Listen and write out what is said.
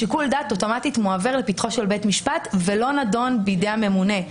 שיקול הדעת מועבר אוטומטית לפתחו של בית המשפט ולא נדון בידי הממונה.